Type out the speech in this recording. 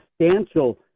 substantial